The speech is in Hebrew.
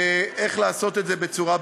איך לעשות את זה בצורה ברורה.